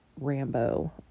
Rambo